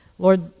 Lord